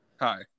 Hi